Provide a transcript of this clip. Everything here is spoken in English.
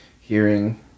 hearing